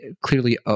clearly